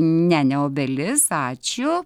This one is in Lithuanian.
ne ne obelis ačiū